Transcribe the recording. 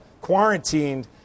quarantined